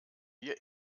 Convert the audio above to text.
wir